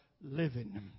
living